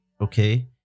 Okay